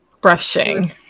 Brushing